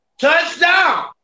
Touchdown